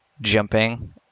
jumping